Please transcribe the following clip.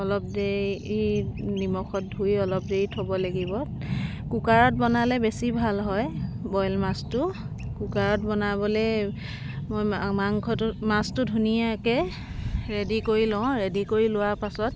অলপ দেৰি নিমখত ধুই অলপ দেৰি থ'ব লাগিব কুকাৰত বনালৈ বেছি ভাল হয় বইল মাছটো কুকাৰত বনাবলৈ মই মাংসটো মাছটো ধুনীয়াকৈ ৰেডি কৰি লওঁ ৰেডি কৰি লোৱাৰ পাছত